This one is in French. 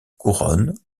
couronne